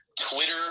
twitter